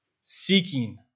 seeking